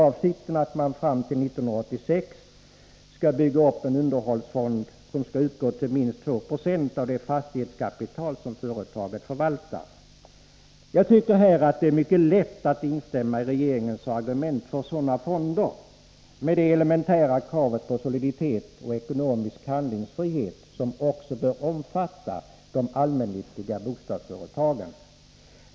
Avsikten är att fonden vid utgången av år 1986 bör uppgå till minst 2 20 av det fastighetskapital som företaget förvaltar. Jag tycker att det är mycket lätt att instämma i regeringens argument för sådana fonder med det elementära kravet på soliditet och ekonomisk handlingsfrihet, som också bör omfatta de allmännyttiga bostadsföretagen.